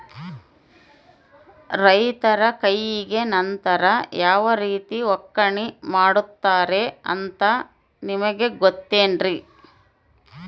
ರೈತರ ಕೈಗೆ ನಂತರ ಯಾವ ರೇತಿ ಒಕ್ಕಣೆ ಮಾಡ್ತಾರೆ ಅಂತ ನಿಮಗೆ ಗೊತ್ತೇನ್ರಿ?